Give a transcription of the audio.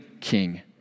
king